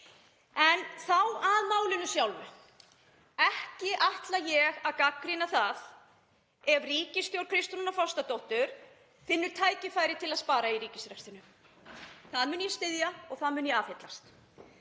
Þá að málinu sjálfu. Ekki ætla ég að gagnrýna það ef ríkisstjórn Kristrúnar Frostadóttur finnur tækifæri til að spara í ríkisrekstrinum. Þá mun ég styðja það og það mun ég aðhyllast.